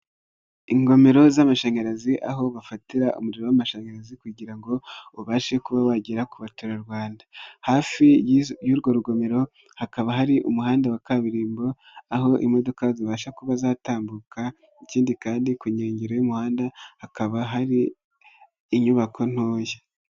Ingomero z'amashanyarazi aho bafatira umuriro w'amashanyarazi kugira ngo ubashe kuba wagera ku baturarwanda. Hafi y'urwo rugomero hakaba hari umuhanda wa kaburimbo aho imodoka zibasha kuba zatambuka. Ikindi kandi ku nkengero y'umuhanda hakaba hari inyubako ntoya.